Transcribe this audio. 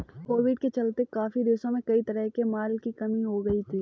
Covid के चलते काफी देशों में कई तरह के माल की कमी हो गई थी